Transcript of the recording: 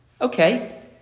Okay